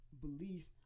belief